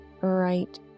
right